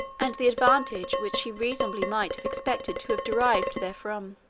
and the advantage which he reasonably might have expected to have derived therefrom.